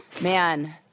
man